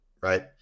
right